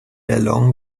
along